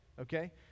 okay